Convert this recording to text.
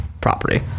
property